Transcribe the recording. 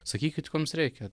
sakykit ko jums reikia